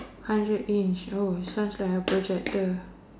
hundred inch oh sounds like a projector